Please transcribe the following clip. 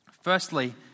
Firstly